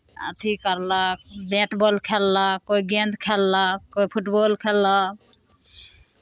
अथि करलक bat ball खेललक कोइ गेन्द खेललक कोइ फुटबॉल खेललक